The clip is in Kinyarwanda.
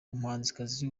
umuhanzikazi